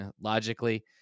logically